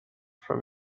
from